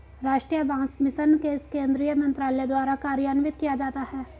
राष्ट्रीय बांस मिशन किस केंद्रीय मंत्रालय द्वारा कार्यान्वित किया जाता है?